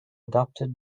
adopted